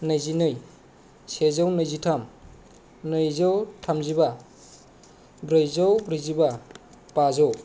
नैजिनै सेजौ नैजिथाम नैजौ थामजिबा ब्रैजौ ब्रैजिबा बाजौ